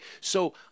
So-